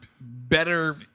better